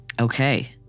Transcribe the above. Okay